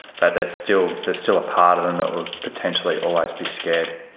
but there's still there's still a part of them that will potentially always be scared.